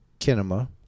Kinema